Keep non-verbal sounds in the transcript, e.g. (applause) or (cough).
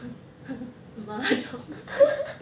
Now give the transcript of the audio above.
(laughs) mahjong (laughs)